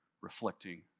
reflecting